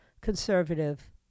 conservative